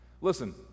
Listen